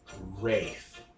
Wraith